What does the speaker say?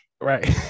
Right